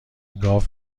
گاو